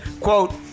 quote